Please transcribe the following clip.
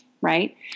right